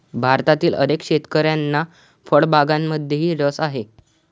भारतातील अनेक शेतकऱ्यांना फळबागांमध्येही रस आहे